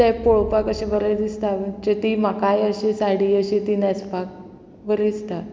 तें पळोवपाक अशें बरें दिसता म्हणजे ती म्हाकाय अशी साडी अशी ती न्हेसपाक बरी दिसता